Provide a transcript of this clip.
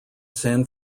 san